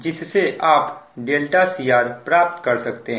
जिससे आप cr प्राप्त कर सकते हैं